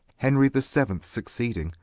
henry the seauenth succeeding,